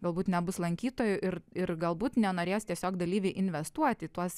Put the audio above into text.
galbūt nebus lankytojų ir ir galbūt nenorės tiesiog dalyviai investuoti į tuos